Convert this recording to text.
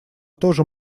тоже